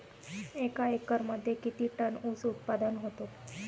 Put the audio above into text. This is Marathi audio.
एका एकरमध्ये किती टन ऊस उत्पादन होतो?